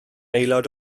aelod